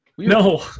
No